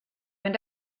and